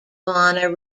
honor